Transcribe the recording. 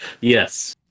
Yes